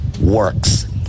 works